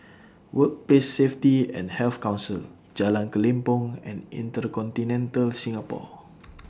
Workplace Safety and Health Council Jalan Kelempong and InterContinental Singapore